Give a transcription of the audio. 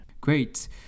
great